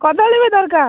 କଦଳୀ ବି ଦରକାର